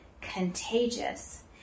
contagious